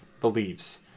believes